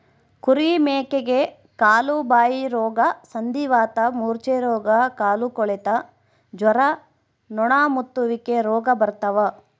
ಕುರಿ ಮೇಕೆಗೆ ಕಾಲುಬಾಯಿರೋಗ ಸಂಧಿವಾತ ಮೂರ್ಛೆರೋಗ ಕಾಲುಕೊಳೆತ ಜ್ವರ ನೊಣಮುತ್ತುವಿಕೆ ರೋಗ ಬರ್ತಾವ